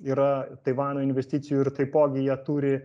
yra taivano investicijų ir taipogi jie turi